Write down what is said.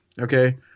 Okay